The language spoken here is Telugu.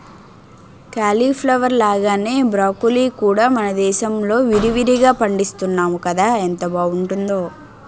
క్యాలీఫ్లవర్ లాగానే బ్రాకొలీ కూడా మనదేశంలో విరివిరిగా పండిస్తున్నాము కదా ఎంత బావుంటుందో